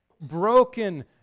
broken